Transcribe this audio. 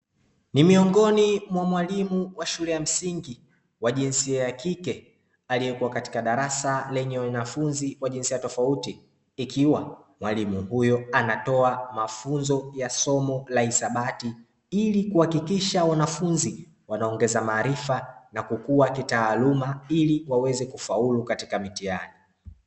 Ni miongoni mwa mwalimu wa shule ya msingi wa jinsia ya kike, aliyekuwa katika darasa la wanafunzi wenye jisia tofauti, ikiwa mwalimu huyo anatoa mafunzo ya somo la hisabati, ili kuhakikisha wanafunzi wanaongeza maarifa na kukua kitaaluma, ili waweze kufaulu katika mitihani.